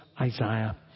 isaiah